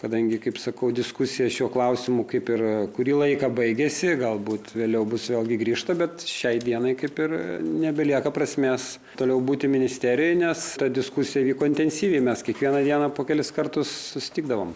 kadangi kaip sakau diskusija šiuo klausimu kaip ir kurį laiką baigėsi galbūt vėliau bus vėlgi grįžta bet šiai dienai kaip ir nebelieka prasmės toliau būti ministerijoj nes ta diskusija vyko intensyviai mes kiekvieną dieną po kelis kartus susitikdavom